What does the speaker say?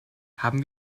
haben